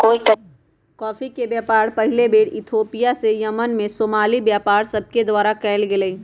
coffee के व्यापार पहिल बेर इथोपिया से यमन में सोमाली व्यापारि सभके द्वारा कयल गेलइ